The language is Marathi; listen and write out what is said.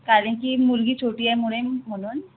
कारणकी मुलगी छोटी आहे मुळे म्हणून